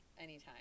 anytime